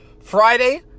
Friday